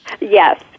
Yes